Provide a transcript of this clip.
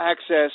access